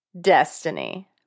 Destiny